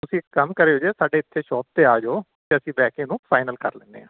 ਤੁਸੀਂ ਇੱਕ ਕੰਮ ਕਰਿਓ ਜੀ ਸਾਡੀ ਇੱਥੇ ਸ਼ੋਪ 'ਤੇ ਆ ਜਾਉ ਅਤੇ ਅਸੀਂ ਬਹਿ ਕੇ ਇਹਨੂੰ ਫਾਈਨਲ ਕਰ ਲੈਂਦੇ ਹਾਂ